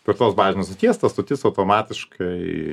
prie tos bazinės stoties ta stotis automatiškai